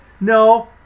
no